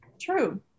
true